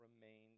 remains